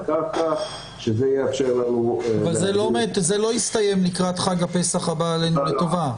אבל זה לא יסתיים לקראת חג הפסח הבא עלינו לטובה.